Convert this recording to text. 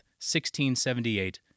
1678